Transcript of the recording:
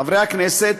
חברי הכנסת,